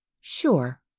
Sure